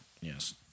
yes